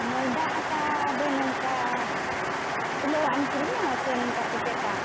ᱢᱚᱭᱫᱟ ᱟᱴᱟ ᱫᱚ ᱱᱚᱝᱠᱟ ᱠᱷᱩᱞᱟᱹᱮᱣᱟᱜ ᱮᱢ ᱠᱤᱨᱤᱧᱟ ᱥᱮ ᱱᱚᱝᱠᱟ ᱯᱮᱠᱮᱴᱟᱜ